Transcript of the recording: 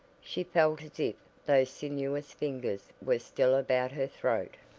she felt as if those sinuous fingers were still about her throat,